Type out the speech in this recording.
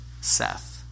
Seth